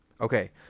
Okay